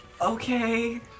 Okay